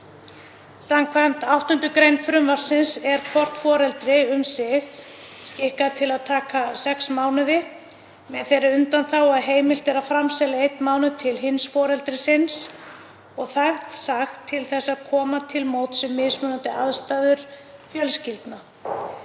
Samkvæmt 8. gr. frumvarpsins er hvort foreldri um sig skikkað til að taka sex mánuði með þeirri undanþágu að heimilt er að framselja einn mánuð til hins foreldrisins og er það sagt til að koma til móts við mismunandi aðstæður fjölskyldna.